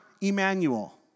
Emmanuel